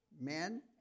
men